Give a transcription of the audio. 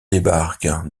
débarquent